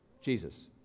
jesus